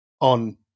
on